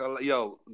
Yo